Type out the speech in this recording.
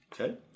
Okay